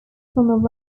from